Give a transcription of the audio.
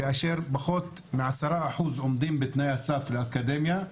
כאשר פחות מ-10% עומדים בתנאי הסף לאקדמיה.